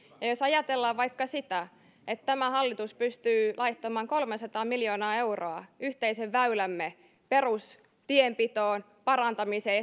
jos ajatellaan vaikka sitä että tämä hallitus pystyy laittamaan kolmesataa miljoonaa euroa yhteisten väyliemme perustienpitoon parantamiseen